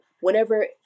whenever